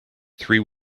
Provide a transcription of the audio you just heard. three